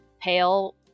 pale